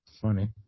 funny